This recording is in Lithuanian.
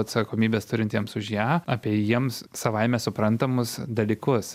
atsakomybės turintiems už ją apie jiems savaime suprantamus dalykus